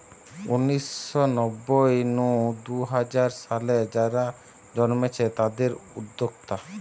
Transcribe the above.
উনিশ শ নব্বই নু দুই হাজার সালে যারা জন্মেছে তাদির উদ্যোক্তা